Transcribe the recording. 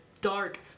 dark